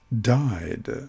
died